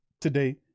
today